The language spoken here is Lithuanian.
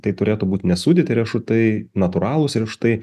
tai turėtų būt nesūdyti riešutai natūralūs ir štai